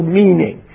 meaning